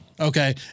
Okay